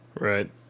Right